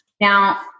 Now